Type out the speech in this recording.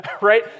Right